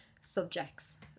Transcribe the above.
subjects